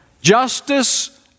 justice